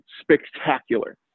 spectacular